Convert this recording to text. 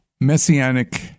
Messianic